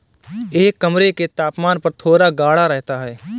यह कमरे के तापमान पर थोड़ा गाढ़ा रहता है